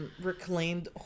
reclaimed